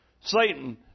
Satan